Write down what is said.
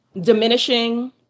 diminishing